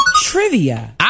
trivia